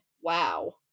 Wow